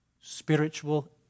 Spiritual